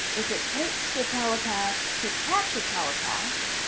if it takes a telepath to catch a telepath,